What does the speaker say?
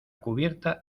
cubierta